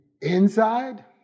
inside